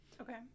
Okay